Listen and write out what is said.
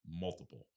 multiple